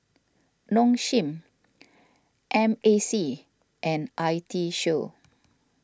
Nong Shim M A C and I T Show